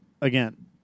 again